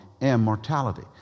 immortality